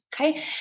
Okay